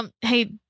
Hey